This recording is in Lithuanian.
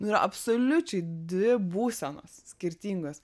nu absoliučiai dvi būsenos skirtingos